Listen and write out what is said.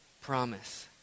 promise